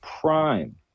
prime